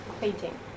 painting